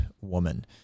woman